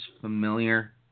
familiar